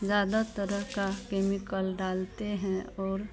ज़्यादा तरह का केमिकल डालते हैं और